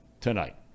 tonight